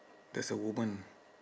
that's a woman